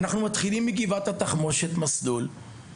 אנחנו מתחילים את היום במסלול על גבעת התחמושת,